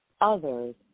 others